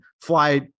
fly